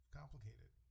complicated